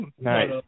Nice